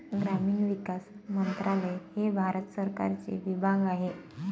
ग्रामीण विकास मंत्रालय हे भारत सरकारचे विभाग आहे